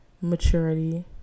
maturity